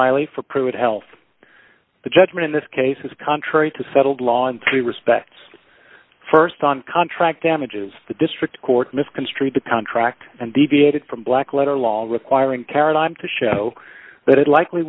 reilly for pruitt health the judgement in this case is contrary to settled law in three respects st on contract damages the district court misconstrued the contract and deviated from black letter law requiring caroline to show that it likely